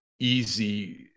easy